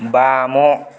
ବାମ